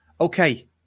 Okay